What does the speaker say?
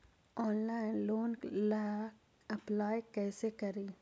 Online loan ला apply कैसे करी?